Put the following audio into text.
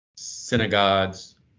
synagogues